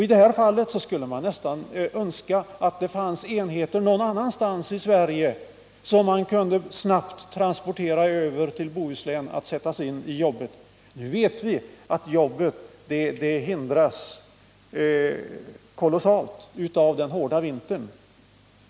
I det här fallet skulle man nästan önska att det fanns enheter någon annanstans i Sverige, som snabbt kunde transporteras över till Bohuslän för att sättas in i jobbet. Nu vet vi att jobbet hindras kolossalt av den hårda vintern.